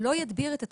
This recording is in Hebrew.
לא ידביר את התופעה.